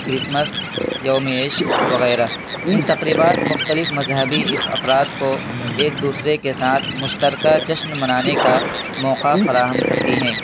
Christmas یوم عشق وغیرہ ان تقریبات مختلف مذہبی افراد کو ایک دوسرے کے ساتھ مشترکہ جشن منانے کا موقع فراہم کرتی ہیں